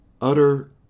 utter